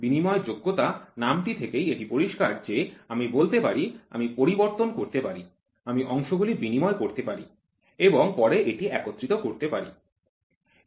বিনিময়যোগ্য নামটি থেকেই এটি পরিষ্কার যে আমি বলতে পারি আমি পরিবর্তন করতে পারি আমি অংশগুলি বিনিময় করতে পারি এবং পরে এটি একত্রিত করতে পারি